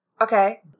Okay